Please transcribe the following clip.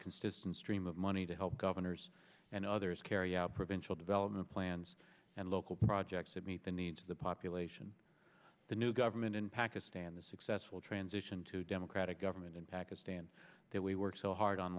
consistent stream of money to help governors and others carry out provincial development plans and local projects that meet the needs of the population the new government in pakistan the successful transition to democratic government in pakistan that we worked so hard on